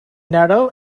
narrow